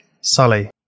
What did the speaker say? Sully